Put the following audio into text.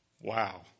Wow